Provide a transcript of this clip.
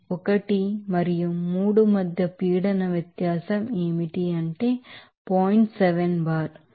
1 మరియు 3 మధ్య pressure difference ఏమిటి అంటే 0